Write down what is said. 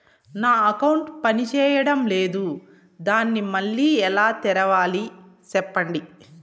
నా అకౌంట్ పనిచేయడం లేదు, దాన్ని మళ్ళీ ఎలా తెరవాలి? సెప్పండి